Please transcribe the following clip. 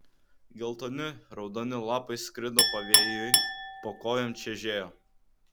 geltoni raudoni lapai skrido pavėjui po kojom čežėjo